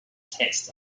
text